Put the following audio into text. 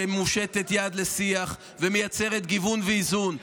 שמושיטה יד לשיח ומייצרת גיוון ואיזון,